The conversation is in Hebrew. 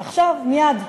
עכשיו, מייד.